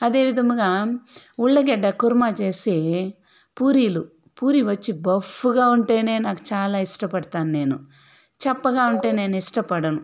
అదే విధముగా ఉల్లగడ్డ కుర్మా చేసి పూరీలు పూరి వచ్చి బప్ఫుగా ఉంటేనే నాకు చాలా ఇష్టపడతాను నేను చప్పగా ఉంటే నేను ఇష్టపడను